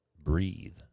breathe